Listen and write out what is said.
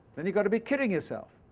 then you got to be kidding yourself.